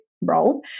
role